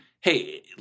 hey